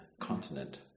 continent